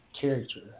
character